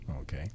Okay